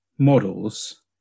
Models